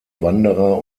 wanderer